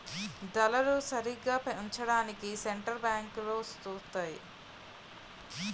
ధరలు సరిగా ఉంచడానికి సెంటర్ బ్యాంకులు సూత్తాయి